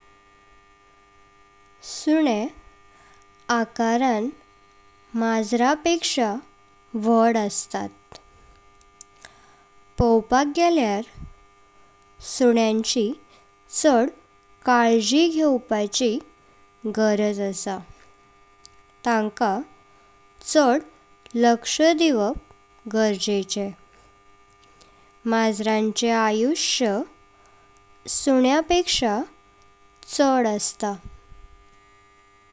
सुनें आकारान माज्रापेक्षा वाड असतात, पवपाक गेल्यार सुंयांची चड काळजी घेवपाची गरज आस तंका चड लक्ष दिवप गरजेचे। माज्रांचे आयुष्य सुंया पेख्सा चड असता।